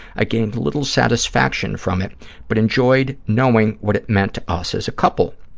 i gained little satisfaction from it but enjoyed knowing what it meant to us as a couple.